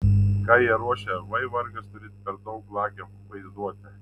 ką jie ruošia vai vargas turėti per daug lakią vaizduotę